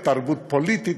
התערבות פוליטית,